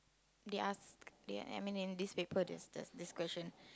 they ask they I mean in this paper there's the discussion